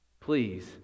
Please